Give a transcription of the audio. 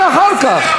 תענה אחר כך.